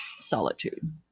solitude